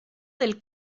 del